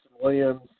Williams